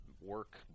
work